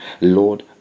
Lord